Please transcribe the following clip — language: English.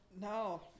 No